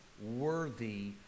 worthy